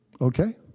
okay